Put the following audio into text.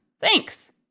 Thanks